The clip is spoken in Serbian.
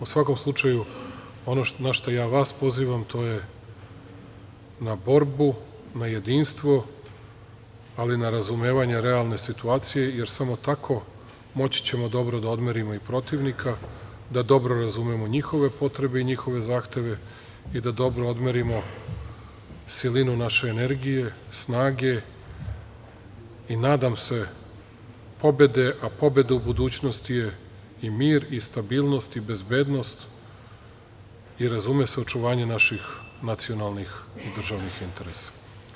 U svakom slučaju, ono na šta ja vas pozivam to je na borbu, na jedinstvo, ali i na razumevanje realne situacije, jer samo tako moći ćemo dobro da odmerimo i protivnika, da dobro razumemo njihove potrebe i njihove zahteve i da dobro odmerimo silinu naše energije, snage i nadam se pobede, a pobeda u budućnosti je i mir i stabilnost i bezbednost i očuvanje naših nacionalnih i državnih interesa.